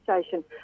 station